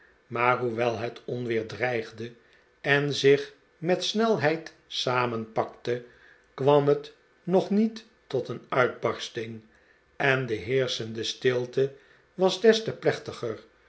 maar hoewel het onweer dreigde en zich met snelheid samenpakte kwam het nog niet tot een uitbarsting en de heerschende stilte was des te plechtiger